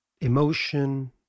emotion